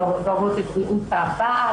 הן דואגות לבריאות הבעל,